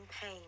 pain